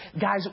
Guys